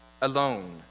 alone